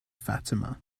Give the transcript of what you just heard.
fatima